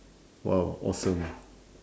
!wow! awesome